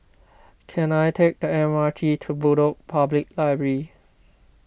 can I take the M R T to Bedok Public Library